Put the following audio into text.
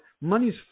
money's